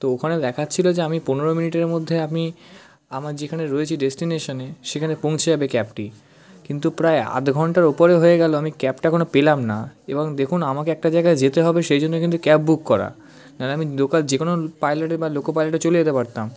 তো ওখানে দেখাচ্ছিল যে আমি পনেরো মিনিটের মধ্যে আমি আমার যেখানে রয়েছি ডেস্টিনেশনে সেখানে পৌঁছে যাবে ক্যাবটি কিন্তু প্রায় আধ ঘণ্টার ওপরে হয়ে গেল আমি ক্যাবটা এখনও পেলাম না এবং দেখুন আমাকে একটা জায়গায় যেতে হবে সেই জন্যই কিন্তু ক্যাব বুক করা না হলে আমি লোকাল যে কোনো পাইলটে বা লোকো পাইলটে চলে যেতে পারতাম